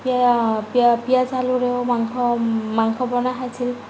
পিঁয়াজ আলুৰেও মাংস মাংস বনাই খাইছিল